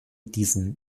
diesen